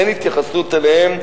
אין התייחסות אליהם.